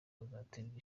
azaterwa